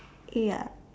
ya